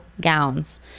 gowns